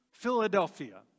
Philadelphia